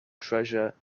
treasure